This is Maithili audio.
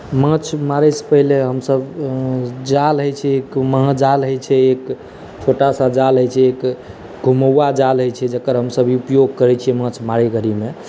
माछ मारैसँ पहिले हमसब जाल होइ छै एक महजाल होइ छै एक छोटासा जाल होइ छै एक घुमौआ जाल होइ छै जकर हमसब उपयोग करै छिए माछ मारै घरिमे